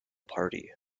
party